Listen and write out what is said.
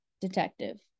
detective